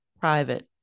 private